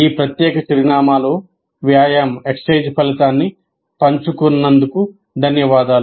ఈ ప్రత్యేక చిరునామాలో వ్యాయామం ఫలితాన్ని పంచుకున్నందుకు ధన్యవాదాలు